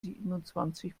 siebenundzwanzig